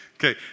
Okay